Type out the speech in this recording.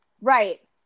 right